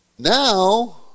Now